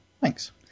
thanks